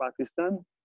Pakistan